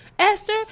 Esther